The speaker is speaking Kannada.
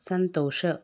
ಸಂತೋಷ